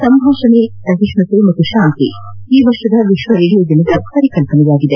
ಸಂಭಾಷಣೆ ಸಹಿಷ್ಣುತೆ ಹಾಗೂ ಶಾಂತಿ ಈ ವರ್ಷದ ವಿಶ್ವ ರೇಡಿಯೋ ದಿನದ ಪರಿಕಲ್ಪನೆಯಾಗಿದೆ